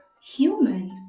human